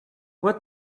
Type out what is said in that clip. what